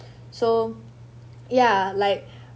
so ya like